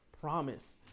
promise